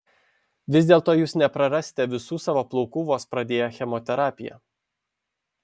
vis dėlto jūs neprarasite visų savo plaukų vos pradėję chemoterapiją